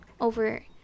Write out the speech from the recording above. over